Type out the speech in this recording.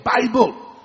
Bible